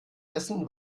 essen